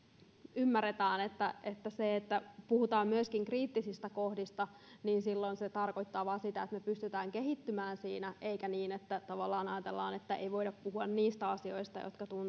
ymmärretään tämä se että puhutaan myöskin kriittisistä kohdista tarkoittaa vain sitä että me pystymme kehittymään siinä eikä ole niin että tavallaan ajatellaan että ei voida puhua niistä asioista